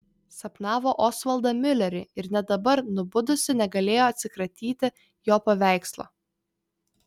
sapnavo osvaldą miulerį ir net dabar nubudusi negalėjo atsikratyti jo paveikslo